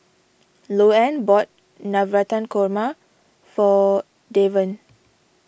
Louann bought Navratan Korma for Deven